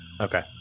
Okay